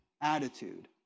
attitude